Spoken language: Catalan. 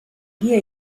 dia